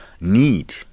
need